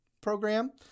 program